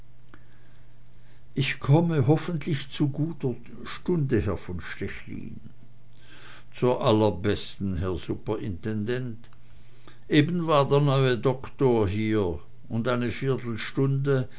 ich komme hoffentlich zu guter stunde herr von stechlin zur allerbesten herr superintendent eben war der neue doktor hier und eine viertelstunde